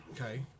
Okay